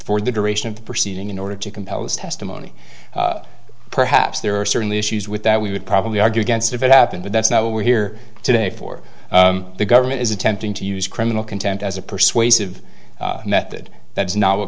for the duration of the proceeding in order to compel this testimony perhaps there are certainly issues with that we would probably argue against if it happened but that's not what we're here today for the government is attempting to use criminal content as a persuasive method that is not a